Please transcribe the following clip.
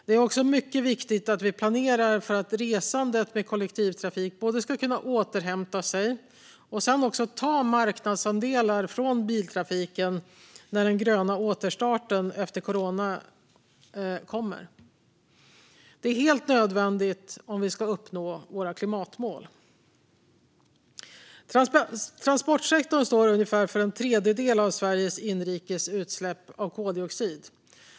Det är också mycket viktigt att det planeras för att resandet med kollektivtrafik både ska kunna återhämta sig och ta marknadsandelar från biltrafiken när den gröna återstarten efter corona kommer. Det är helt nödvändigt om vi ska kunna uppnå våra klimatmål. Transportsektorn står för ungefär en tredjedel av Sveriges inrikes utsläpp av koldioxid.